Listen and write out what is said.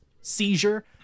Seizure